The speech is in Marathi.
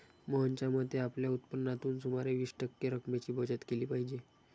मोहनच्या मते, आपल्या उत्पन्नातून सुमारे वीस टक्के रक्कमेची बचत केली पाहिजे